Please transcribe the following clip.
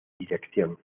dirección